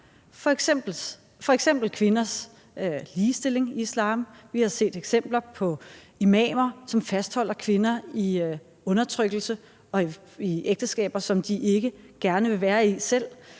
om kvinders ligestilling i islam. Vi har set eksempler på imamer, som fastholder kvinder i undertrykkelse og i ægteskaber, som de selv ikke gerne vil være i.